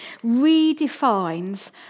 redefines